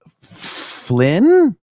flynn